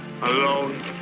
Alone